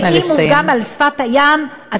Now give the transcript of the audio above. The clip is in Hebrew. ואם הוא גם על שפת הים, נא לסיים.